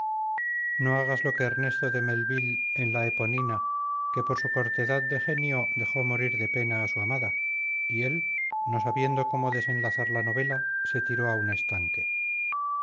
no agas lo que ernesto de melville en la eponina que por su cortedad de genio dejó morir de pena a su amada y él no sabiendo cómo desenlazar la novela se tiró a un estanque